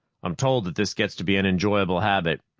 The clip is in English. i'm told that this gets to be an enjoyable habit.